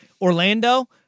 Orlando